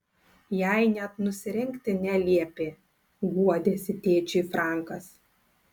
jai net nusirengti neliepė guodėsi tėčiui frankas